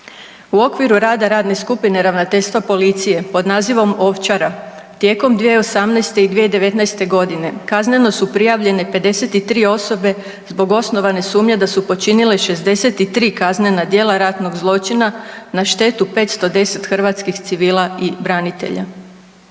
U okviru rada radne skupine ravnateljstva policije pod nazivom „Ovčara“ tijekom 2018. i 2019.g. kazneno su prijavljene 53 osobe zbog osnovane sumnje da su počinile 63 kaznena djela ratnog zločina na štetu 510 hrvatskih civila i branitelja.